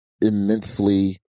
immensely